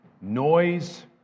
noise